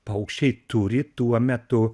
paukščiai turi tuo metu